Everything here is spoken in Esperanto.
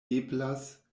eblas